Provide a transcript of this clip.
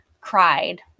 cried